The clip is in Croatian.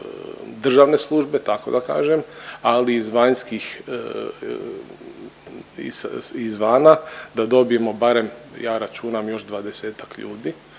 da kažem ali i iz vanjskih, izvana da dobijemo barem ja računam još 20-ak ljudi.